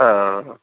हा